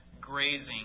grazing